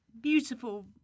beautiful